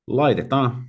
laitetaan